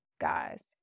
guys